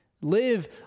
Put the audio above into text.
Live